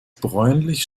bräunlich